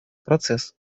процесс